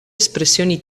espressioni